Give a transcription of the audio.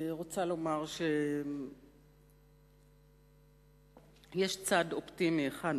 רוצה לומר שיש צד אופטימי אחד.